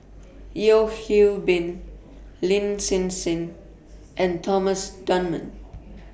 Yeo Hwee Bin Lin Hsin Hsin and Thomas Dunman